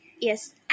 Yes